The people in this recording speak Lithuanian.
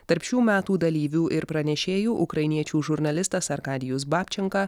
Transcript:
tarp šių metų dalyvių ir pranešėjų ukrainiečių žurnalistas arkadijus babčenka